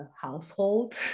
household